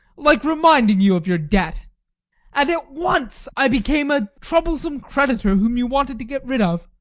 like reminding you of your debt. and at once i became a troublesome creditor whom you wanted to get rid of.